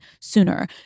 sooner